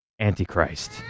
Antichrist